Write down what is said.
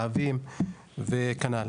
להבים וכדומה,